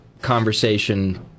conversation